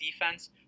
defense